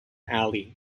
alley